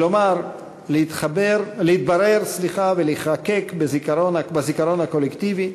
כלומר להתברר ולהיחקק בזיכרון הקולקטיבי,